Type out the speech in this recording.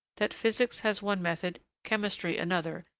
that physics has one method, chemistry another,